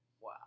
Wow